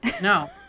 No